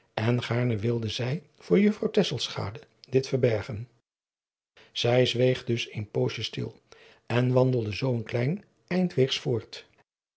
en gaarne wilde zij voor juffrouw tesselschade dit verbergen zij zweeg dus een poosje stil en wandelde zoo een klein eindweegs voort